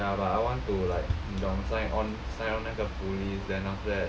ya but I want to like 你懂 like sign on sign on 那个 police then after that